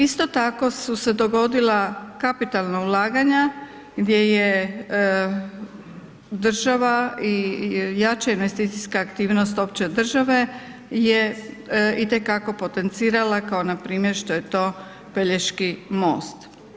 Isto tako su se dogodila kapitalna ulaganja gdje je država i jača investicijska aktivnost opće države je itekako potencirala kao npr. što je to Pelješki most.